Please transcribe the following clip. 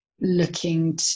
looking